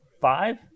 five